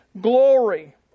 glory